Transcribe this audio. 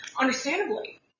understandably